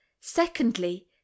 Secondly